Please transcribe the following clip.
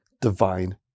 divine